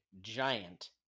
giant